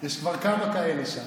יש כבר כמה כאלה שם.